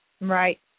Right